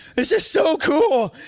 this is so cool.